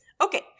Okay